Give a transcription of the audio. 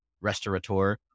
restaurateur